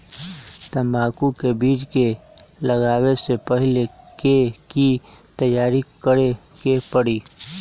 तंबाकू के बीज के लगाबे से पहिले के की तैयारी करे के परी?